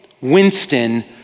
Winston